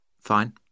Fine